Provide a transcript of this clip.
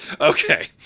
Okay